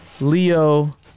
Leo